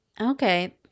okay